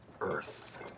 Earth